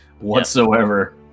whatsoever